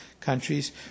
countries